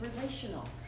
relational